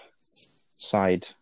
side